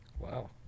Wow